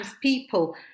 people